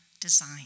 design